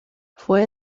fue